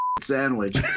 sandwich